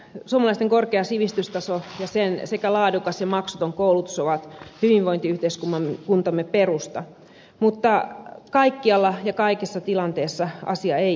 suomalaisten korkea sivistystaso ja laadukas että maksuton koulutus ovat hyvinvointiyhteiskuntamme perusta mutta kaikkialla ja kaikissa tilanteissa asia ei ihan ole näin